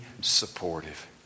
supportive